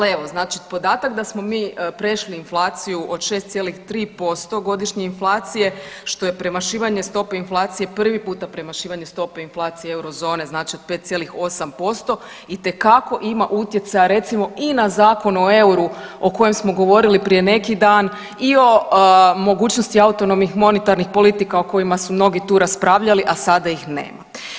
Al evo znači podatak da smo mi prešli inflaciju od 6,3% godišnje inflacije što je premašivanje stope inflacije, prvi puta premašivanje stope inflacije Eurozone znači od 5,8% itekako ima utjecaja recimo i na Zakon o euru o kojem smo govorili prije neki dan i o mogućnosti autonomnim monitarnih politika o kojima su mnogi tu raspravljali, a sada ih nema.